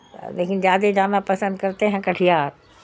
لیکن زیادہ جانا پسند کرتے ہیں کٹھیار